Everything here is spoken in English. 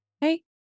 Hey